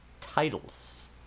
titles